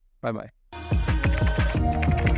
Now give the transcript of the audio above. Bye-bye